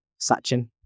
Sachin